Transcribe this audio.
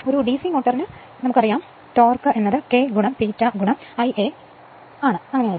DC മോട്ടോറിന് നമുക്ക് torque K ∅ Ia അറിയാം